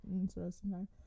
interesting